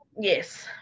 Yes